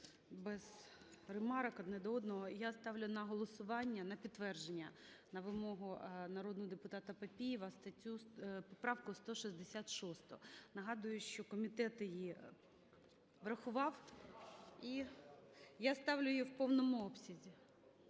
без ремарок одне до одного. Я ставлю на голосування на підтвердження на вимогу народного депутата Папієва правку 166. Нагадую, що комітет її врахував, і я ставлю її в повному обсязі.